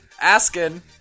asking